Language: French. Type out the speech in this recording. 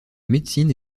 médecine